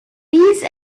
these